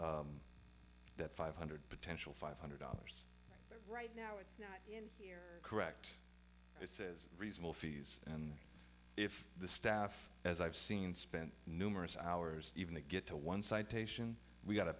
that five hundred potential five hundred dollars right now it's correct this is reasonable fees and if the staff as i've seen spent numerous hours even to get to one citation we've got to